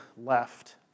left